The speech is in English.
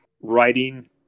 writing